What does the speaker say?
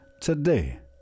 today